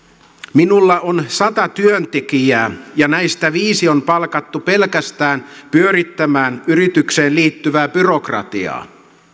minulla on sata työntekijää ja näistä viisi on palkattu pelkästään pyörittämään yritykseen liittyvää byrokratiaa